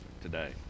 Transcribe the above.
today